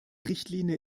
richtlinie